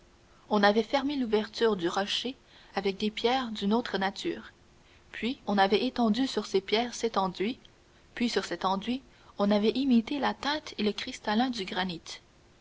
on avait fermé l'ouverture du rocher avec des pierres d'une autre nature puis on avait étendu sur ces pierres cet enduit puis sur cet enduit on avait imité la teinte et le cristallin du granit